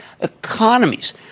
economies